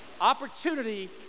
opportunity